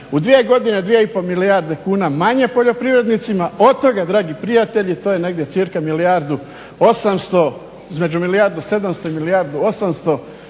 dvije i pol milijarde kuna manje poljoprivrednicima, od toga dragi prijatelji, to je negdje cirka milijardu osamsto, između milijardu sedamsto i milijardo